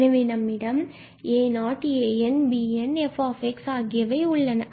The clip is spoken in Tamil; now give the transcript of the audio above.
எனவே நம்மிடம் a0anbn and f ஆகியவை உள்ளன